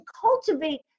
cultivate